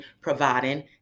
providing